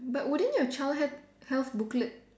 but wouldn't you child healt~ health booklet